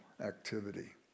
activity